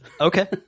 Okay